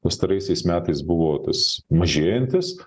pastaraisiais metais buvo tas mažėjantis